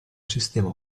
sistema